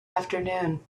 afternoon